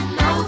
no